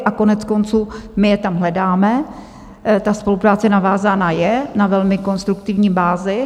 A koneckonců my je tam hledáme, ta spolupráce navázána je na velmi konstruktivní bázi.